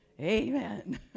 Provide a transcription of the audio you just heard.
amen